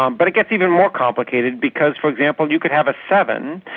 um but it gets even more complicated because, for example, you could have a seven,